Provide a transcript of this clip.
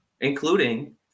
including